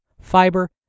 fiber